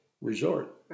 resort